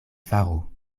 faru